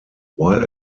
while